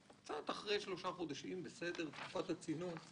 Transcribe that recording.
שירותים קצת אחרי שלושה חודשים של תקופת צינון?